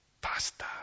pasta